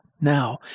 Now